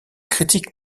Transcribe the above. critiques